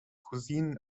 cuisine